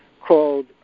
called